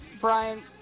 Brian